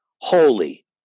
holy